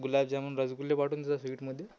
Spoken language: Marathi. गुलाबजामुन रसगुल्ले पाठवून देजा स्वीटमध्ये